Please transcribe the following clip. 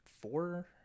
four